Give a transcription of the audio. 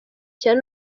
cyane